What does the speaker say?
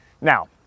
Now